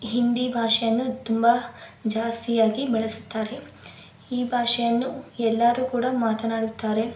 ಹಿಂದಿ ಭಾಷೆಯನ್ನು ತುಂಬ ಜಾಸ್ತಿಯಾಗಿ ಬಳಸುತ್ತಾರೆ ಈ ಭಾಷೆಯನ್ನು ಎಲ್ಲರೂ ಕೂಡ ಮಾತನಾಡುತ್ತಾರೆ